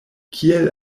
kiel